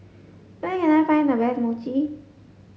where can I find the best Mochi